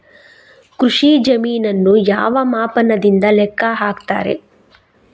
ಕೃಷಿ ಜಮೀನನ್ನು ಯಾವ ಮಾಪನದಿಂದ ಲೆಕ್ಕ ಹಾಕ್ತರೆ?